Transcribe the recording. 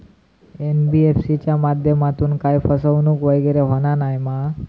NBFC च्या माध्यमातून काही फसवणूक वगैरे होना नाय मा?